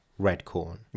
Redcorn